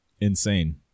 Insane